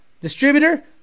distributor